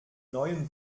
neuen